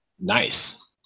nice